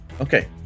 okay